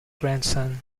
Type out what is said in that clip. grandson